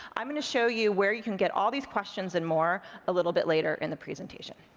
i'm gonna show you where you can get all these questions and more a little bit later in the presentation.